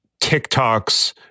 TikToks